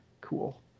Cool